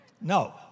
No